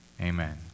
amen